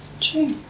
true